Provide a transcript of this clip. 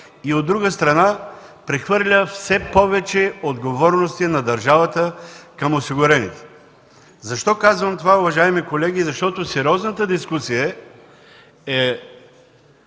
и от друга страна – прехвърля все повече отговорности на държавата към осигурените. Защо казвам това, уважаеми колеги? Защото сериозната дискусия е